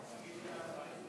בעד.